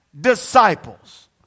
disciples